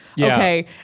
Okay